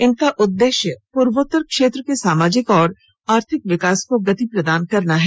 इनका उद्देश्य पूर्वोत्तर क्षेत्र के सामाजिक और आर्थिक विकास को गति प्रदान करना है